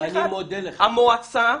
המועצה,